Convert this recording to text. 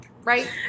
Right